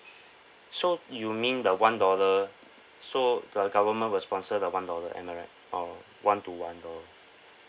so you mean the one dollar so the government will sponsor the one dollar am I right or one to one dollar